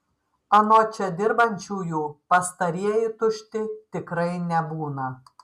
anot čia dirbančiųjų pastarieji tušti tikrai nebūna